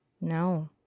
No